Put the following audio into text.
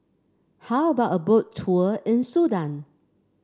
how about a Boat Tour in Sudan